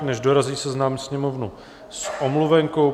Než dorazí, seznámím Sněmovnu s omluvenkou.